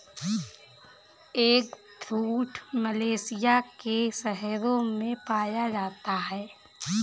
eggfruit Malaysia के शहरों में पाया जाता है